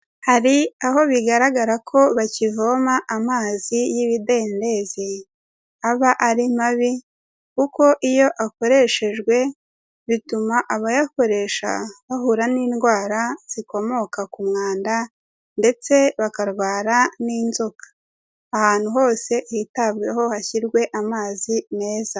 Hari aho bigaragara ko bakivoma amazi y'ibidendezi, aba ari mabi kuko iyo akoreshejwe bituma abayakoresha bahura n'indwara zikomoka ku mwanda, ndetse bakarwara n'inzoka. Ahantu hose hitabweho hashyirwe amazi meza.